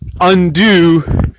undo